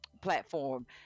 platform